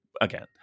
again